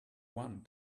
one